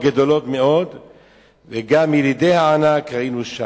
גדולות מאוד וגם ילידי הענק ראינו שם.